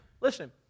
Listen